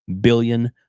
billion